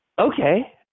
Okay